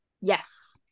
Yes